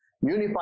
Unified